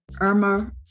Irma